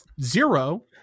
zero